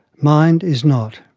mind is not.